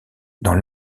dans